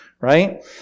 Right